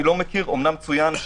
אמנם צוין,